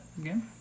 again